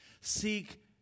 Seek